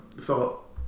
thought